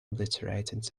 obliterated